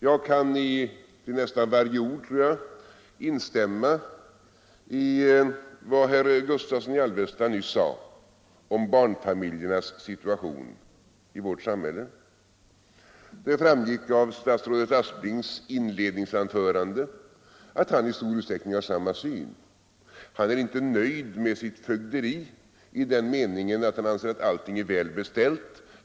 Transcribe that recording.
Jag kan till nästan varje ord instämma i vad herr Gustavsson i Alvesta nyss sade om barnfamiljernas situation i vårt samhälle. Av statsrådet Asplings inledningsanförande framgick att han i stor utsträckning har samma syn. Han är inte nöjd med sitt fögderi i den meningen att allt skulle vara väl beställt.